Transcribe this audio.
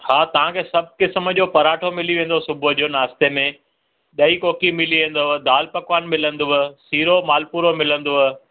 हा तव्हांखे सभु क़िस्म जो पराठो मिली वेंदो सुबुह जो नाश्ते में ॾही कोकी मिली वेंदव दाल पकवान मिलंदव सीरो मालपुड़ो मिलंदव